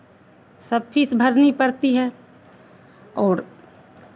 सब फीस भरनी पड़ती है और